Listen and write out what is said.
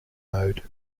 mode